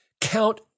count